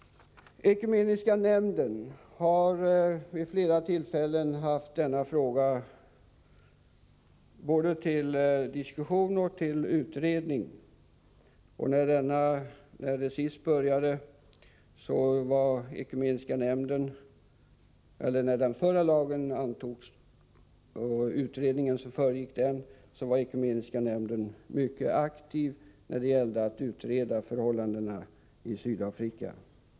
Ekumeniska nämnden har vid flera tillfällen haft denna fråga uppe till både diskussion och utredning. I samband med antagandet av den förra lagen och det utredningsarbete som föregick den var ekumeniska nämnden mycket aktiv när det gällde att utreda förhållandena i Sydafrika.